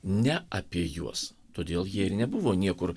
ne apie juos todėl jie ir nebuvo niekur